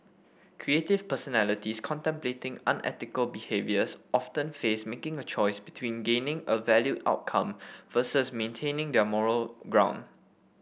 creative personalities contemplating unethical behaviours often face making a choice between gaining a valued outcome versus maintaining their moral ground